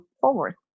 forward